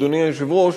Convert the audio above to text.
אדוני היושב-ראש,